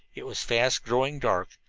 it was fast growing dark.